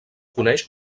coneix